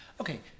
Okay